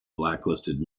blacklisted